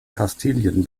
kastilien